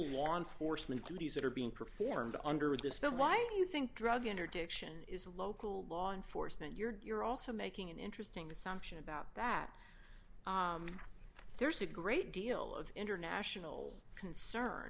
law enforcement duties that are being performed under this bill why do you think drug interdiction is a local law enforcement you're you're also making an interesting sanction about that there's a great deal of international concern